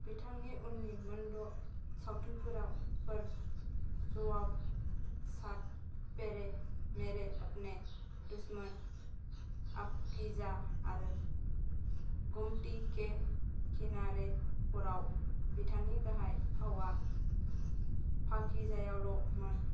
बिथांनि उन्नि मोन द' सावथुनफोर जवाब सात फेरे मेरे अपने दुश्मन पाकीजा आरो गोमती के किनारेफोराव बिथांनि गाहाय फावआ पाकीजायावल'मोन